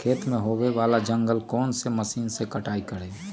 खेत में होने वाले जंगल को कौन से मशीन से कटाई करें?